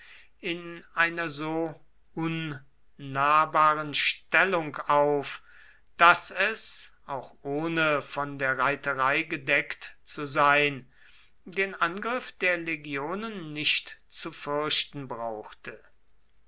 in einer so unnahbaren stellung auf daß es auch ohne von der reiterei gedeckt zu sein den angriff der legionen nicht zu fürchten brauchte